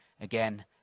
again